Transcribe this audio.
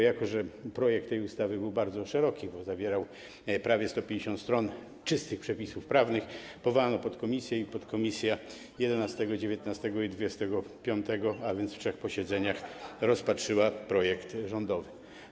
Jako że zakres projektu tej ustawy był bardzo szeroki, bo zawierał prawie 150 stron czystych przepisów prawnych, powołano podkomisję i podkomisja 11, 19 i 25, a więc na trzech posiedzeniach, rozpatrzyła projekt rządowy.